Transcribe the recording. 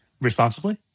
responsibly